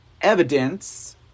evidence